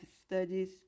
studies